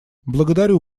благодарю